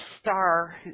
star